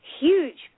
huge